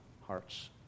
hearts